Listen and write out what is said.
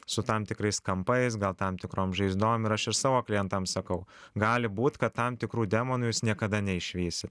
su tam tikrais kampais gal tam tikrom žaizdom ir aš ir savo klientams sakau gali būt kad tam tikrų demonų jūs niekada neišvysit